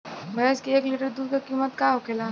भैंस के एक लीटर दूध का कीमत का होखेला?